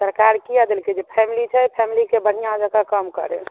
सरकार किए देलकै जे फैमली छै फैमलीके बढ़िआँ जकाँ काम करै